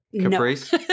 Caprice